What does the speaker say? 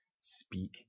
speak